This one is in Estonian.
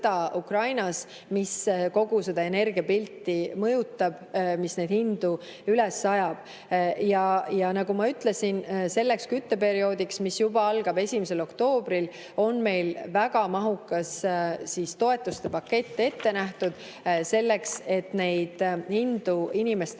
mis kogu seda energiapilti mõjutab ja neid hindu üles ajab. Nagu ma ütlesin, selleks kütteperioodiks, mis algab juba 1. oktoobril, on meil väga mahukas toetuste pakett ette nähtud, selleks et hindu inimestel